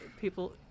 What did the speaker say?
people